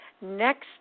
Next